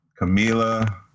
Camila